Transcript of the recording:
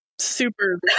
super